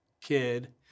kid